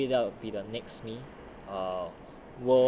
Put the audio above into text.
you know maybe that will be the next me err